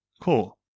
Cool